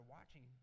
watching